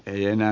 ei enää